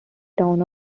town